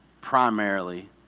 primarily